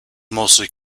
mostly